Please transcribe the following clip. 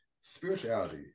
Spirituality